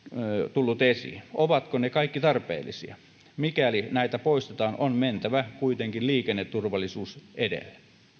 tullut esiin ovatko ne kaikki tarpeellisia mikäli näitä poistetaan on mentävä kuitenkin liikenneturvallisuus edellä